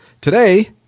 Today